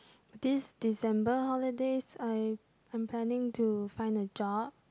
this December holidays I I am planning to find a job